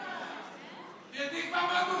תרדי כבר מהדוכן.